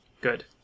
Good